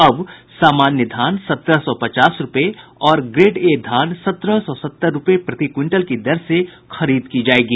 अब सामान्य धान सत्रह सौ पचास रूपये और ग्रेड ए धान सत्रह सौ सत्तर रूपये प्रति क्विंटल की दर से खरीद की जायेगी